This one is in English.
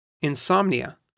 insomnia